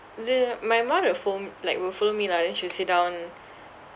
the my mum will foll~ like will follow me lah then she will sit down